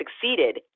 succeeded